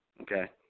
Okay